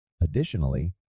Additionally